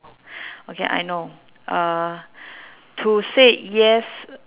okay I know uh to said yes